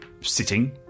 sitting